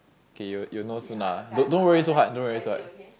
okay you you know soon ah don't worry so hard don't worry so hard